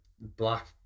black